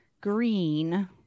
green